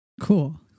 Cool